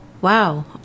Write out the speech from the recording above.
wow